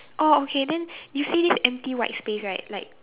oh okay then you see this empty white space right like